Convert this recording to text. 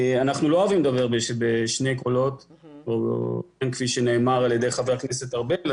לא אוהבים לדבר בשני קולות כפי שנאמר על ידי חבר הכנסת ארבל.